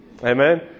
Amen